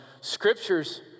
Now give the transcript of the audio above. scriptures